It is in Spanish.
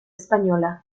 española